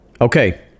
okay